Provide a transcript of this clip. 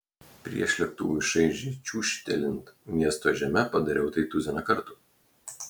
prieš lėktuvui šaižiai čiūžtelint miesto žeme padariau tai tuziną kartų